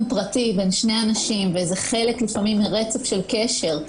פרטי בין שני אנשים וזה חלק לפעמים מרצף של קשר,